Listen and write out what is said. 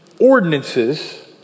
ordinances